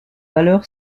valeur